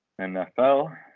NFL